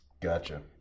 Gotcha